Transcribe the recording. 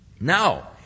Now